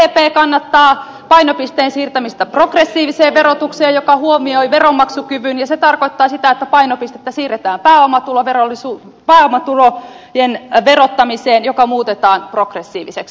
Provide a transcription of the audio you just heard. sdp kannattaa painopisteen siirtämistä progressiiviseen verotukseen joka huomioi veronmaksukyvyn ja se tarkoittaa sitä että painopistettä siirretään pääomatulojen verottamiseen joka muutetaan progressiiviseksi